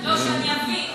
לא, שאני אבין.